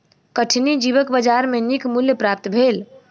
कठिनी जीवक बजार में नीक मूल्य प्राप्त भेल